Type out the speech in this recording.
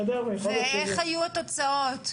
וכפי שהוצג אתמול,